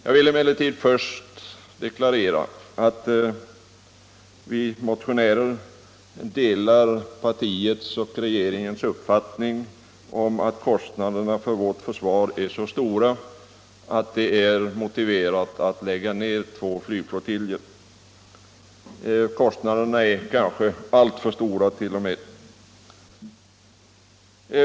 Jag vill emellertid till att börja med deklarera att vi motionärer delar partiets och regeringens uppfattning att kostnaderna för vårt försvar är så stora att det är motiverat att lägga ned två flygflottiljer. Kostnaderna är kanske alltför stora t.o.m.